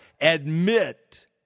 admit